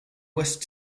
west